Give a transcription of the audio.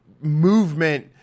movement